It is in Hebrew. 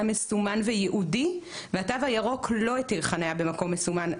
מסומן וייעודי והתו הירוק לא התיר חניה במקום מסומן,